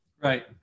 Right